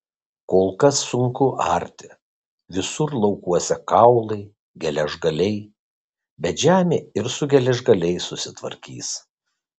kol kas sunku arti visur laukuose kaulai geležgaliai bet žemė ir su geležgaliais susitvarkys